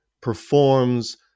performs